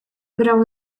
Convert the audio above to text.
grało